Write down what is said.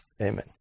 Amen